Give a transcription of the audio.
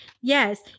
Yes